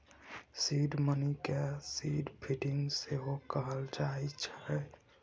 seed money केँ seed funding सेहो कहल जाइ छै